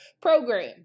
program